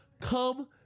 come